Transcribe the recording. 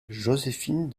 joséphine